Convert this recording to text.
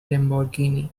lamborghini